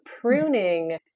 pruning